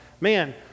man